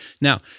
Now